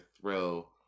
throw